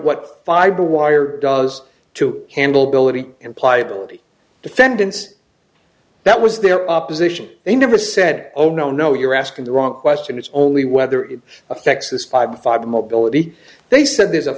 what fiber wire does to handle billeted imply ability defendants that was their opposition they never said oh no no you're asking the wrong question it's only whether it affects this five five mobility they said there's a